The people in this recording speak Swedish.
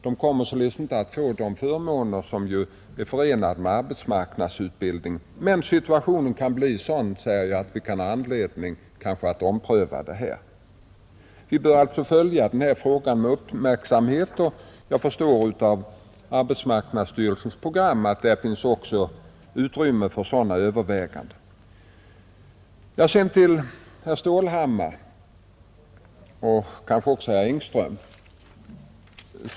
De kommer således inte att få de förmåner som är förenade med arbetsmarknadsutbildning. Men situationen kan bli sådan att vi kanske kan få anledning att ompröva detta. Vi bör alltså följa denna fråga med uppmärksamhet. Jag förstår av arbetsmarknadsstyrelsens program att också där finns utrymme för sådana överväganden. Sedan vill jag rikta mig till herr Stålhammar och även kanske också herr Engström.